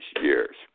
years